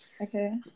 Okay